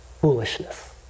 foolishness